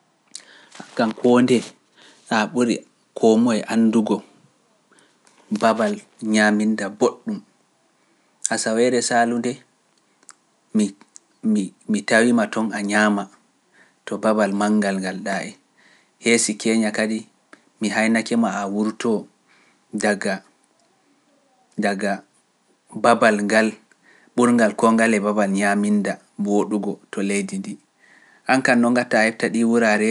Hakkan koo nde a ɓuri koo moye andugo babal ñaaminda boɗɗum. Asaweere saalu nde mi tawima ton a ñaama to babal manngal ngal ɗa e heesi keña kadi mi haynake ma a wurtoo daga babal ngal ɓurngal kongal e babal ñaaminda mbooɗugo to leydi ndi. Ankano gata aefta ɗi wura rewde.